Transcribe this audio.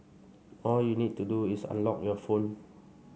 all you'll need to do is unlock your phone